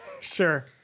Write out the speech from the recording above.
sure